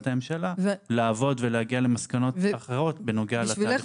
הממשלה לעבוד ולהגיע למסקנות אחרות בנוגע לתהליך --- בשבילך